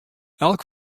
elk